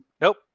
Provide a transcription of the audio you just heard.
Nope